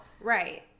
right